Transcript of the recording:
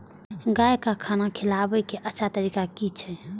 गाय का खाना खिलाबे के अच्छा तरीका की छे?